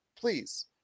please